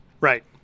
Right